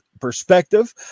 perspective